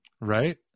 Right